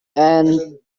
and